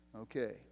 Okay